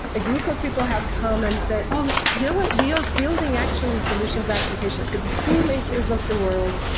a group of people have come and said, oh! you know what? we are building actually solutions applications. so the tool makers of the world.